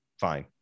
fine